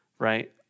right